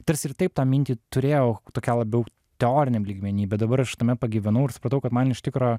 tarsi ir taip tą mintį turėjau tokią labiau teoriniam lygmeny bet dabar aš tame pagyvenau ir supratau kad man iš tikro